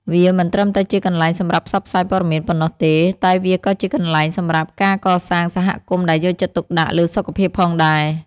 វាមិនត្រឹមតែជាកន្លែងសម្រាប់ផ្សព្វផ្សាយព័ត៌មានប៉ុណ្ណោះទេ តែវាក៏ជាកន្លែងសម្រាប់ការកសាងសហគមន៍ដែលយកចិត្តទុកដាក់លើសុខភាពផងដែរ។